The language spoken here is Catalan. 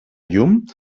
llum